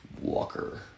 Walker